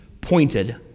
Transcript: pointed